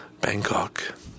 Bangkok